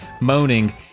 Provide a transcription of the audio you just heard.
moaning